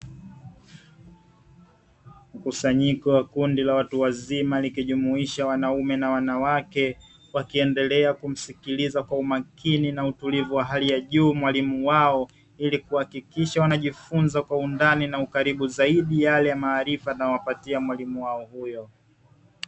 Mkusanyiko wa kundi la watu wazima likijumuisha wanaume na wanawake, wakiendelea kumsikiliza kwa umakini na utulivu wa hali ya juu mwalimu wao, ili kuhakikisha wanajifunza kwa undani na ukaribu zaidi yale maarifa anayo wapatia mwalimu wao huyo.